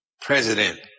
president